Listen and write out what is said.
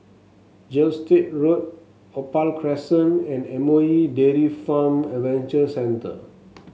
Gilstead Road Opal Crescent and M O E Dairy Farm Adventure Centre